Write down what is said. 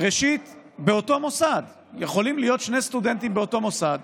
ראשית, יכולים להיות שני סטודנטים באותו מוסד,